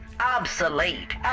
Obsolete